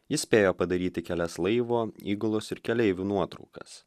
jis spėjo padaryti kelias laivo įgulos ir keleivių nuotraukas